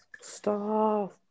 Stop